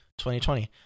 2020